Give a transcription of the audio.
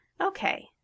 Okay